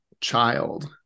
child